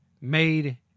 made